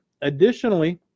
additionally